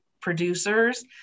producers